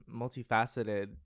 multifaceted